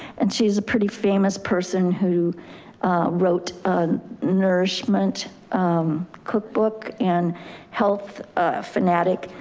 and she's a pretty famous person who wrote a nourishment cookbook and health fanatic,